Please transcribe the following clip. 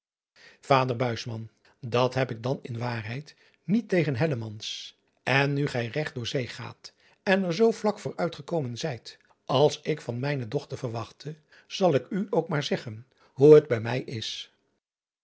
ader at heb ik dan in waarheid niet tegen en nu gij regt door zee gaat en er zoo vlak vooruit gekomen zijt als ik van mijne dochter verwachtte zal ik u ook maar zeggen hoe het bij mij is